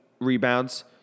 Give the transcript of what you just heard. rebounds